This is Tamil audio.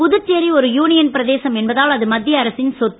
புதுச்சேரி ஒரு யூனியன் பிரதேசம் என்பதால் அது மத்திய அரசின் சொத்து